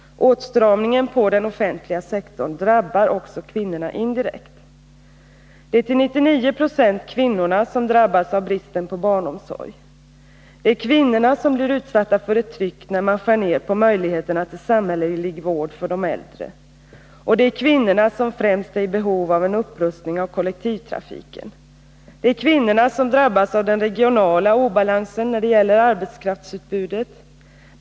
Åtstramningen på den offentliga sektorn drabbar också kvinnorna indirekt. Det är till 99 20 kvinnorna som drabbas av bristen på barnomsorg. Det är kvinnorna som blir utsatta för ett tryck, när man skär ned möjligheterna till samhällelig vård för de äldre. Och det är kvinnorna som främst är i behov av en upprustning av kollektivtrafiken. Det är kvinnorna som drabbas av den regionala obalansen när det gäller arbetskraftsutbudet.